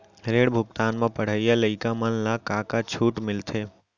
ऋण भुगतान म पढ़इया लइका मन ला का का छूट मिलथे?